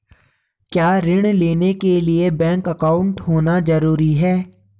क्या ऋण लेने के लिए बैंक अकाउंट होना ज़रूरी है?